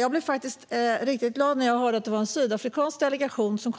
Jag blev riktigt glad när jag hörde att det kommer en sydafrikansk delegation hit